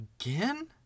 Again